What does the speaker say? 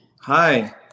Hi